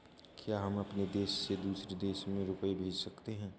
क्या हम अपने देश से दूसरे देश में रुपये भेज सकते हैं?